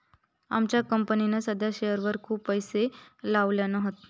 आमच्या कंपनीन साध्या शेअरवर खूप पैशे लायल्यान हत